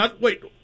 Wait